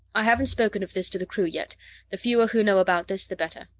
i haven't spoken of this to the crew yet the fewer who know about this, the better.